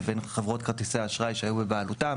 לבין חברות כרטיסי אשראי שהיו בבעלותם.